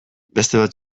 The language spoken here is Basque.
beste